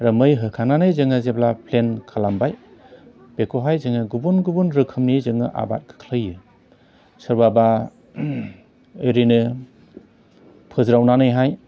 आरो मै होखांनानै जोङो जेब्ला फ्लेन खालामबाय बेखौहाय जोङो गुबुन गुबुन रोखोमनि जोङो आबाद खोख्लैयो सोरबाबा ओरैनो फोज्रावनानैहाय